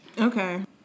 Okay